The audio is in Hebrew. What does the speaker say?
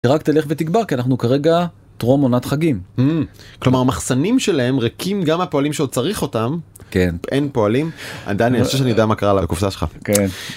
רק תלך ותגבר כי אנחנו כרגע טרום עונת חגים כלומר מחסנים שלהם ריקים גם הפועלים שעוד צריך אותם, כן אין פועלים, דני אני חושב שאני יודע מה קרה לקופסה שלך.